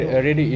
no